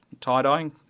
tie-dyeing